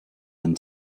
and